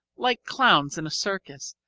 like clowns in a circus,